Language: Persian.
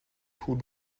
پول